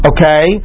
Okay